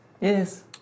Yes